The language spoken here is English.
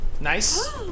Nice